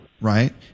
Right